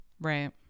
Right